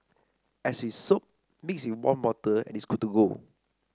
as with soap mix with warm water and it's good to go